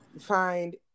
find